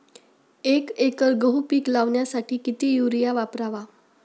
एक एकर गहू पीक लावण्यासाठी किती युरिया वापरावा?